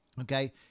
Okay